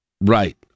Right